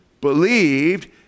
Believed